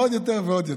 עוד יותר ועוד יותר.